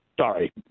sorry